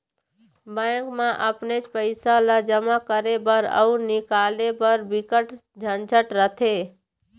bank म अपनेच पइसा ल जमा करे बर अउ निकाले बर बिकट झंझट रथे